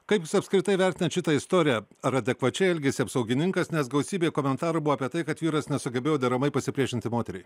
kaip jūs apskritai vertinat šitą istoriją ar adekvačiai elgėsi apsaugininkas nes gausybė komentarų buvo apie tai kad vyras nesugebėjo deramai pasipriešinti moteriai